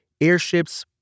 airships